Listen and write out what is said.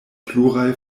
pluraj